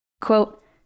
Quote